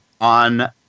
on